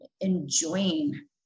enjoying